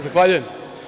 Zahvaljujem.